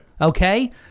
Okay